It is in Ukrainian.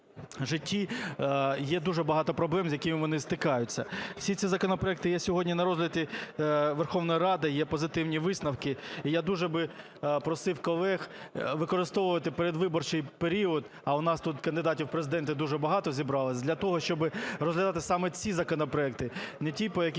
є дуже багато проблем, з якими вони стикаються. Всі ці законопроекти є сьогодні на розгляді Верховної Ради, є позитивні висновки, і я дуже би просив колег використовувати передвиборчий період, а у нас тут кандидатів в Президенти дуже багато зібралось, для того, щоби розглядати саме ці законопроекти. Не ті, по яких